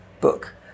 book